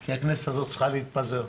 כי הכנסת הזאת צריכה להתפזר,